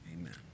Amen